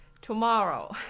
tomorrow